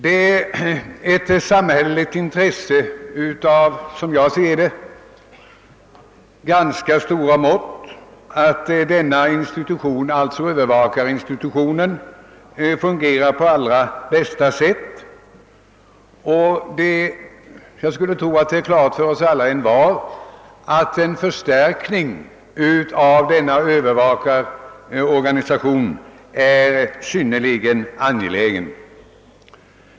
Det är ett samhälleligt intresse av stora mått att denna institution fungerar på allra bästa sätt. Det torde stå klart för oss alla att en förstärkning av övervakarorganisationen är synnerligen angelägen.